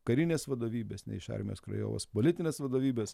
karinės vadovybės nei iš armijos krajovos politinės vadovybės